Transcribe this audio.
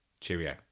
Cheerio